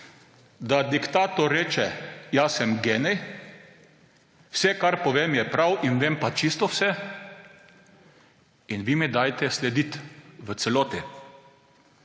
Da diktator reče: Jaz sem genij, vse, kar povem, je prav in vem pa čisto vse in vi mi dajte slediti v celoti.